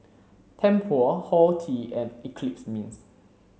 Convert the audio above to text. Tempur Horti and Eclipse Mints